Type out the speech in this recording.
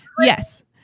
Yes